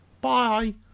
Bye